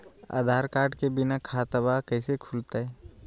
आधार card के बिना खाताबा कैसे खुल तय?